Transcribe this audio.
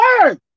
word